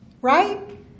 right